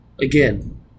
Again